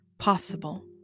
possible